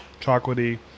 chocolatey